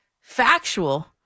factual